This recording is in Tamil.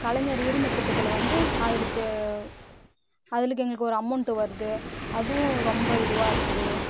கலைஞர் உரிமை திட்டத்தில் வந்து அதுக்கு அதுக்கு எங்களுக்கு ஒரு அமௌண்ட்டு வருது அதுவும் ரொம்ப இதுவாக இருக்குது